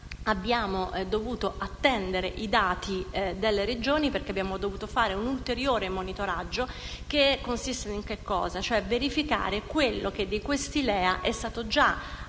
abbiamo dovuto attendere i dati delle Regioni, perché abbiamo dovuto fare un ulteriore monitoraggio volto a verificare quello che di questi LEA è stato già applicato